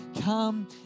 Come